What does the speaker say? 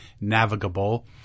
navigable